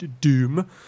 Doom